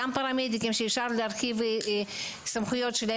גם פרמדיקים שאפשר להרחיב סמכויות שלהם